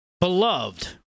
beloved